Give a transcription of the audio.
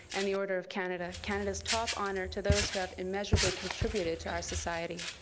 and the order of canada, canada's top honor to those who have immeasurably contributed to our society.